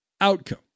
outcome